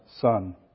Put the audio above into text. son